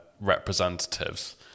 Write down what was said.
representatives